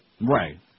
Right